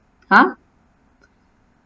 !huh!